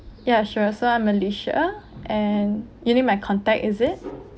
ya sure so I'm alicia and you need my contact is it